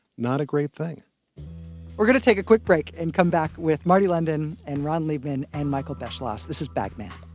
not a great thing we're gonna take a quick break and come back with marty london and ron liebman and michael beschloss. this is bag man.